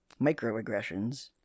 Microaggressions